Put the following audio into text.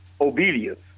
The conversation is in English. obedience